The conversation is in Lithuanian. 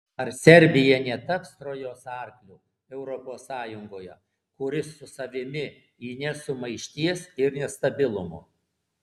ar serbija netaps trojos arkliu europos sąjungoje kuris su savimi įneš sumaišties ir nestabilumo